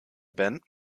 band